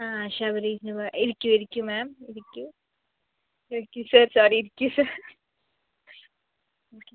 ആ ശബരീഷിൻ്റെ ഭാ ഇരിയ്ക്കു ഇരിയ്ക്കു മാം ഇരിയ്ക്കു ഇരിയ്ക്കു സർ സോറി ഇരിയ്ക്കു സർ ഓക്കെ